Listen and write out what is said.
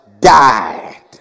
died